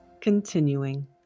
continuing